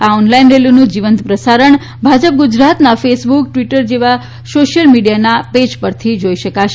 આ ઓનલાઇન રેલીનું જીવંત પ્રસારણ ભાજપ ગુજરાતના ફેસબુક ટ્વિટર જેવા સોશિયલ મિડિયાના પેજ પરથી જોઇ શકાશે